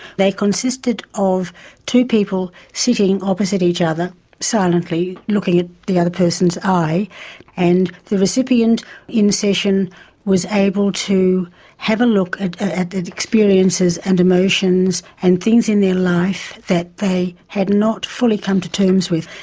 they consisted of two people sitting opposite each other silently looking at the other person's eye and the recipient in session was able to have a look at at the experiences and emotions and things in their life that they had not fully come to terms with,